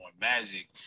Magic